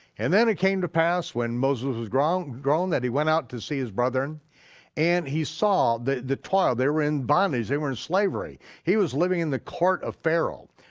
and then it came to pass when moses was grown grown that he went out to see his brethren and he saw the the toil, they were in bondage, they were in slavery. he was living in the court of pharaoh.